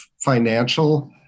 financial